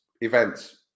events